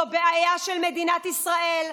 זו בעיה של מדינת ישראל.